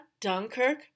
Dunkirk